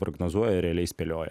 prognozuoja realiai spėlioja